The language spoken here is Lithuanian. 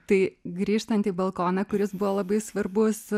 tai grįžtant į balkoną kuris buvo labai svarbus